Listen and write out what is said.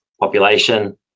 population